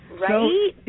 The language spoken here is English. Right